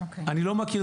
אני לא מכיר,